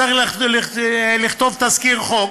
שצריך לכתוב תזכיר חוק,